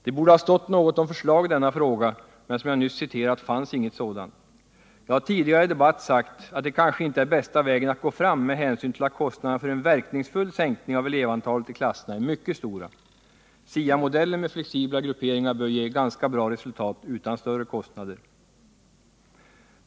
Det borde ha stått något om förslag i denna fråga, men som jag nyss citerat gjorde det inte det. Jag har tidigare i debatt sagt att det kanske inte är bästa vägen att gå fram med hänsyn till att kostnaderna för en verkningsfull sänkning av elevantalet i klasserna är mycket stora. SIA-modellen med flexibla grupperingar bör ge ganska bra resultat utan större extra kostnader.